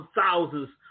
thousands